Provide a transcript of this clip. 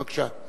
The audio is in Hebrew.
בבקשה.